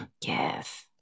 Yes